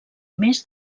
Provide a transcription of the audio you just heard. més